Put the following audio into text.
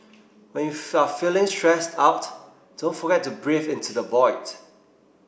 when you are feeling stressed out don't forget to breathe into the void